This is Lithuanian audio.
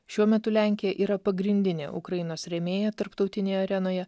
šiuo metu lenkija yra pagrindinė ukrainos rėmėja tarptautinėje arenoje